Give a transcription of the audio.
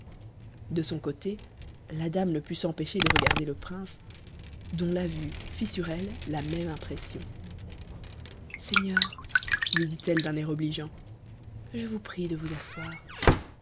de son côté la dame ne put s'empêcher de regarder le prince dont la vue fit sur elle la même impression seigneur lui dit-elle d'un air obligeant je vous prie de vous asseoh